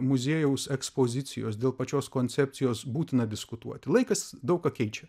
muziejaus ekspozicijos dėl pačios koncepcijos būtina diskutuoti laikas daug ką keičia